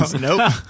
nope